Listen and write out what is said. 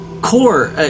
Core